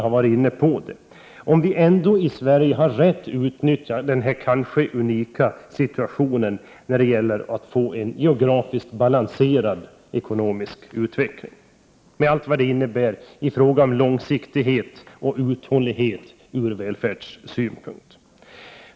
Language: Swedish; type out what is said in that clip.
Frågan är ändå, om vi i Sverige rätt har utnyttjat denna kanske unika situation när det gäller att få en geografiskt balanserad ekonomisk utveckling, med allt vad det innebär i fråga om långsiktighet och uthållighet ur välfärdssynpunkt.